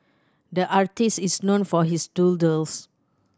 the artist is known for his doodles